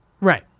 Right